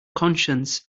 conscience